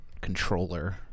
controller